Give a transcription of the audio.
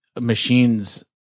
machines